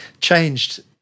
changed